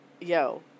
yo